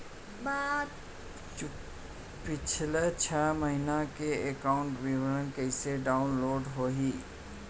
पिछला छः महीना के एकाउंट विवरण कइसे डाऊनलोड होही?